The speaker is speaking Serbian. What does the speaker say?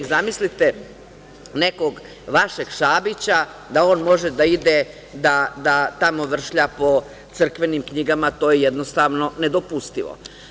Zamislite nekog vašeg Šabića, da on može da ide da tamo vršlja po crkvenim knjigama, to je jednostavno nedopustivo.